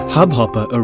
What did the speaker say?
Hubhopper